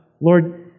Lord